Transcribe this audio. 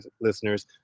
listeners